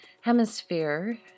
Hemisphere